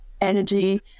energy